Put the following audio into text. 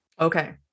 Okay